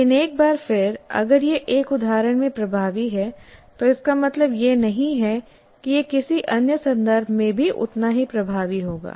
लेकिन एक बार फिर अगर यह एक उदाहरण में प्रभावी है तो इसका मतलब यह नहीं है कि यह किसी अन्य संदर्भ में भी उतना ही प्रभावी होगा